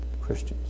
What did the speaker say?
Christians